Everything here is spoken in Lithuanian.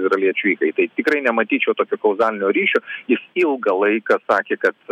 izraeliečių įkaitai tikrai nematyčiau tokio kauzalinio ryšio jis ilgą laiką sakė kad